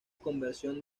conversión